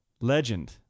Legend